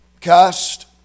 Cussed